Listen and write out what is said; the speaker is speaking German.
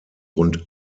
rund